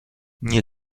nie